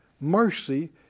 mercy